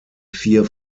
vier